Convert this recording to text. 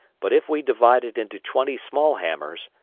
but if we divide it into twenty small hammers,